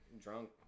Drunk